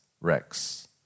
Rex